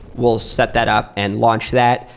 we'll set that up and launch that.